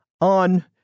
on